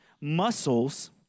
muscles